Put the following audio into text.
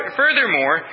furthermore